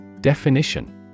Definition